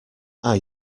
are